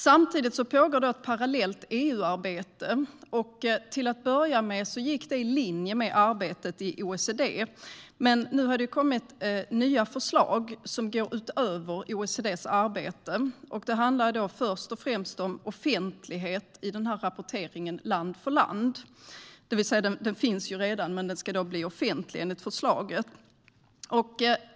Parallellt pågår ett EU-arbete. Till att börja med var det i linje med arbetet i OECD, men nu har det kommit nya förslag som går utöver OECD:s arbete. Det handlar då först och främst om offentlighet i rapporteringen land-för-land. Den finns ju redan men ska bli offentlig, enligt förslaget.